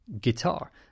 guitar